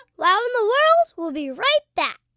wow in the world will be right back.